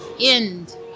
end